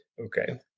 Okay